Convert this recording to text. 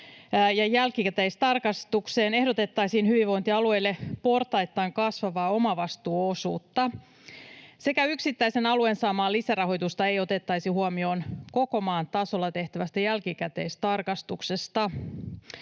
Jälkikäteistarkastukseen ehdotettaisiin hyvinvointialueille portaittain kasvavaa omavastuuosuutta, sekä yksittäisen alueen saamaa lisärahoitusta ei otettaisi huomioon koko maan tasolla tehtävästä jälkikäteistarkastuksesta.